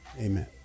Amen